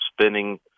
spending